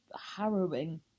harrowing